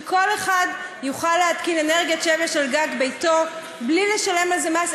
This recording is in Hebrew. שכל אחד יוכל להפיק אנרגיית שמש על גג ביתו בלי לשלם על זה מס.